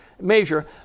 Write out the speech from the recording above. measure